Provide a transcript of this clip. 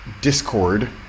Discord